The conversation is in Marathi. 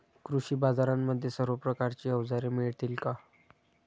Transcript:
कृषी बाजारांमध्ये सर्व प्रकारची अवजारे मिळतील का?